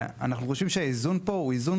ואנחנו חושבים שהאיזון פה הוא איזון